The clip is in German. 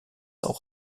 auch